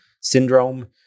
syndrome